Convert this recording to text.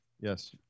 Yes